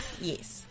yes